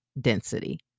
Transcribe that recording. density